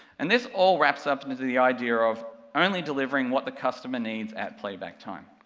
and this all wraps up and into the idea of only delivering what the customer needs at playback time.